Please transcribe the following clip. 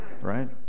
right